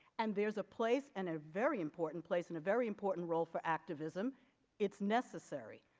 and there's a place and a very important place in a very important role for activism it's necessary.